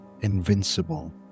invincible